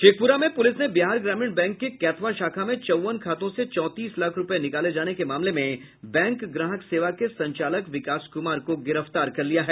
शेखप्रा में पूलिस ने बिहार ग्रामीण बैंक के कैथवा शाखा में चौवन खातों से चौंतीस लाख रुपये निकाले जाने के मामले में बैंक ग्राहक सेवा के संचालक विकास कुमार को गिरफ्तार कर लिया है